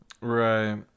right